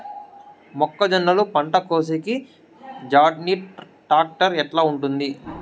మొక్కజొన్నలు పంట కోసేకి జాన్డీర్ టాక్టర్ ఎట్లా ఉంటుంది?